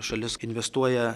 šalis investuoja